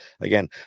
again